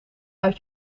uit